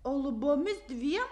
o lubomis dviem